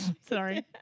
sorry